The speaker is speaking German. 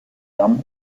damm